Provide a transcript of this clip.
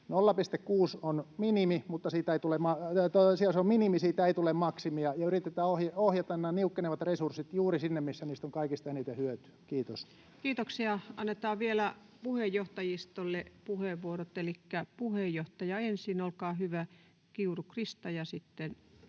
0,6 on minimi, mutta siitä ei tule maksimia — ja yritetään ohjata nämä niukkenevat resurssit juuri sinne, missä niistä on kaikista eniten hyötyä. — Kiitos. Kiitoksia. — Annetaan vielä puheenjohtajistolle puheenvuorot, elikkä puheenjohtaja ensin. — Olkaa hyvä, Kiuru Krista,